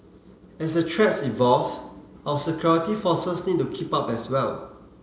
as the threats evolve our security forces need to keep up as well